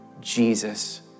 Jesus